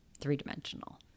three-dimensional